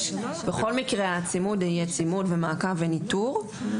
בכל המקרה הצימוד יהיה צימוד ומעקב וניטור,